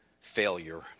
failure